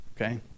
Okay